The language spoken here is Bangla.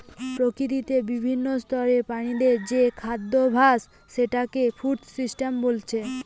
প্রকৃতিতে বিভিন্ন স্তরের প্রাণীদের যে খাদ্যাভাস সেটাকে ফুড সিস্টেম বলে